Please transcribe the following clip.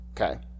Okay